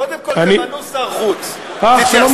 קודם כול תמנו שר חוץ, שלום לך.